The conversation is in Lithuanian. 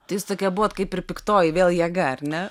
tai jūs tokia buvot kaip ir piktoji vėl jėga ar ne